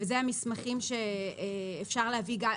ואלה המסמכים שאפשר להביא.